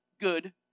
good